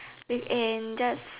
with and that's